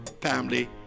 family